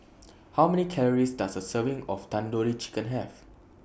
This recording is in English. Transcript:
How Many Calories Does A Serving of Tandoori Chicken Have